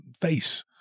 face